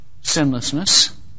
sinlessness